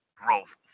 growth